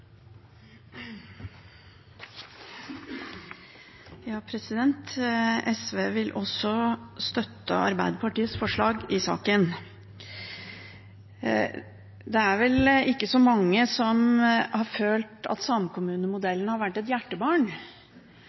saken. Det er vel ikke så mange som har følt at samkommunemodellen har vært et hjertebarn,